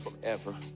forever